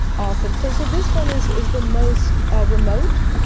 awesome. so so this one is is the most ah remote,